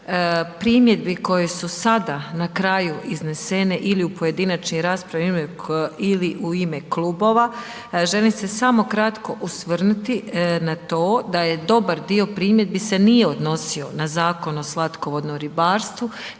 primjedbi koje su sada na kraju iznesene ili u pojedinačnoj raspravi ili u ime klubova, želim se samo kratko osvrnuti na to da je dobar dio primjedbi se nije odnosi na Zakon o slatkovodnom ribarstvu